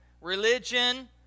Religion